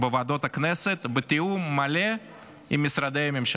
בוועדות הכנסת, בתיאום מלא עם משרדי הממשלה.